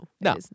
no